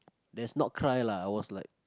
that's not cry lah I was like